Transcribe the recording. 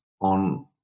on